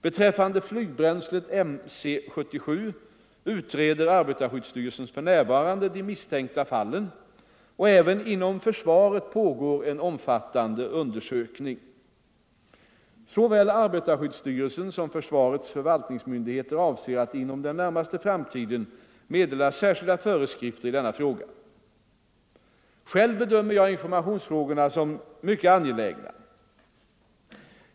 Beträffande flygbränslet MC 77 utreder arbetarskyddsstyrelsen för närvarande de misstänkta fallen, och även inom försvaret pågår omfattande undersökningar. Såväl arbetarskyddsstyrelsen som försvarets förvaltningsmyndigheter avser att inom den närmaste framtiden meddela särskilda föreskrifter i denna fråga. Själv bedömer jag informationsfrågorna som mycket angelägna.